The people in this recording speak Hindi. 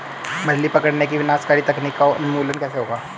मछली पकड़ने की विनाशकारी तकनीक का उन्मूलन कैसे होगा?